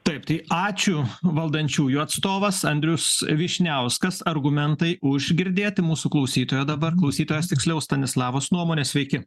taip tai ačiū valdančiųjų atstovas andrius vyšniauskas argumentai už girdėti mūsų klausytojo dabar klausytojos tiksliau stanislavos nuomone sveiki